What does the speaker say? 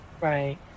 Right